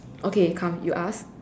okay come you ask